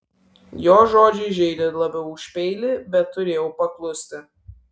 jo žodžiai žeidė labiau už peilį bet turėjau paklusti